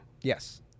yes